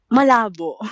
Malabo